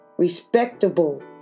Respectable